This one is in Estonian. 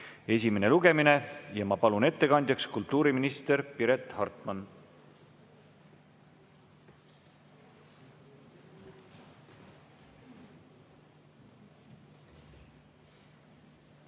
esimene lugemine. Ma palun ettekandjaks kultuuriminister Piret Hartmani.